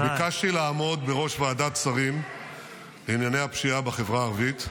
ביקשתי לעמוד בראש ועדת שרים לענייני הפשיעה בחברה הערבית.